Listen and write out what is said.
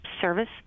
service